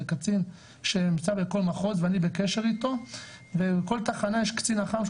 זה קצין שנמצא בכל מחוז ואני בקשר איתו וכל תחנה יש קצין אח"מ שהוא